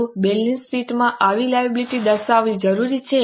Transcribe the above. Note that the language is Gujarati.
શું બેલેન્સ શીટ માં આવી લાયબિલિટી દર્શાવવી જરૂરી છે